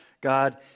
God